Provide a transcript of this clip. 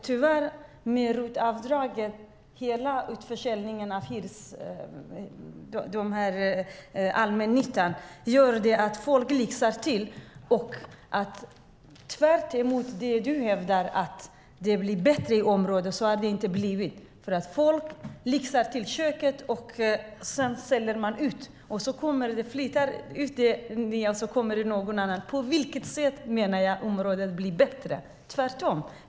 Tyvärr gör ROT-draget och hela utförsäljningen av allmännyttan att folk lyxar till det. Du hävdar att områden har blivit bättre, men det är tvärtom. Folk lyxar till köket, och sedan säljer man. Folk flyttar, och det kommer andra. På vilket sätt blir ett område bättre? Det är tvärtom.